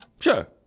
Sure